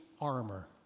armor